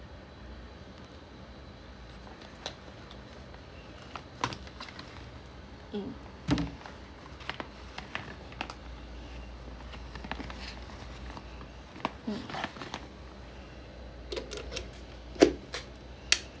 mm mm